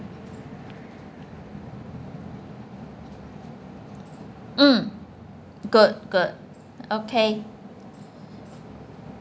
mm good good okay